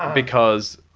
because